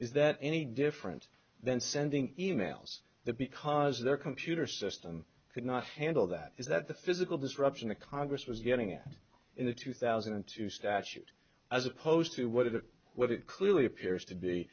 is that any different than sending emails that because their computer system could not handle that is that the physical disruption the congress was getting at in the two thousand and two statute as opposed to what it what it clearly appears to be